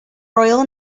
royal